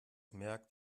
merkt